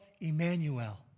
Emmanuel